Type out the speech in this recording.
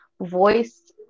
voice